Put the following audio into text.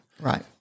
right